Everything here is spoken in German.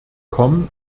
komm